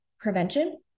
prevention